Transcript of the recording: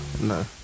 no